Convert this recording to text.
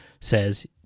says